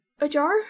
Ajar